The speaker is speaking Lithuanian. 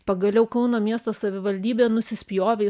pagaliau kauno miesto savivaldybė nusispjovė į